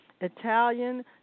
Italian